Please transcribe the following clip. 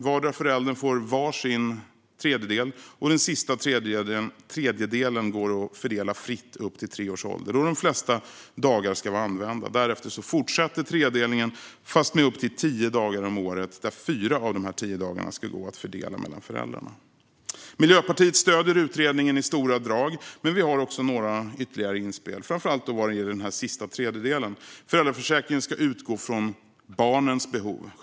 Vardera föräldern får var sin tredjedel, och den sista tredjedelen går att fördela fritt upp till tre års ålder då de flesta dagar ska vara använda. Därefter fortsätter tredelningen fast med upp till tio dagar om året, där fyra av de tio dagarna ska gå att fördela mellan föräldrarna. Miljöpartiet stöder utredningen i stora drag. Men vi har också några ytterligare inspel, framför allt vad gäller den sista tredjedelen. Föräldraförsäkringen ska självklart utgå från barnens behov.